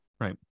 Right